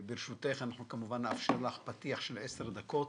ברשותך, אנחנו נאפשר לך פתיח של 10 דקות.